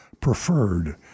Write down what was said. preferred